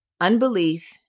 unbelief